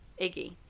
Iggy